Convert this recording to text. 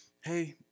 hey